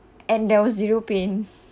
and there was zero pain